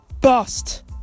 bust